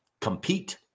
compete